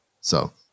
so-